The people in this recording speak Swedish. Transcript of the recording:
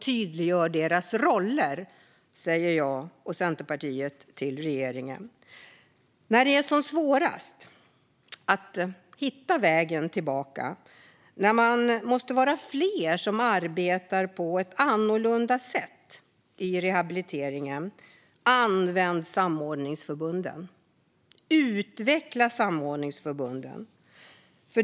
Tydliggör deras roller, säger jag och Centerpartiet till regeringen. När det är som svårast att hitta vägen tillbaka och när man måste vara fler som arbetar på ett annorlunda sätt i rehabiliteringen - använd då samordningsförbunden och utveckla dem.